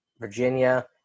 Virginia